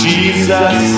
Jesus